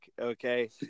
okay